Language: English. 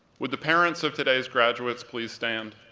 would the parents of today's graduates please stand?